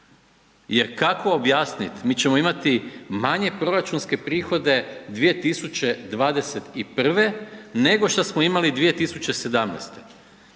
Jer kako objasniti, mi ćemo imati manje proračunske prihode 2021. nego što smo imali 2017.